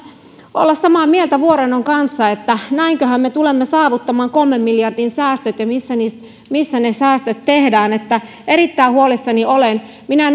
olla samaa mieltä vuorennon kanssa että näinköhän me tulemme saavuttamaan kolmen miljardin säästöt ja missä ne säästöt tehdään että erittäin huolissani olen minä